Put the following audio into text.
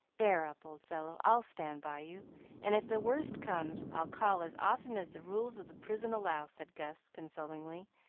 bear up, old fellow, i'll stand by you and if the worst comes, i'll call as often as the rules of the prison allow, said gus, consolingly,